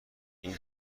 این